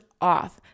off